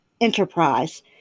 enterprise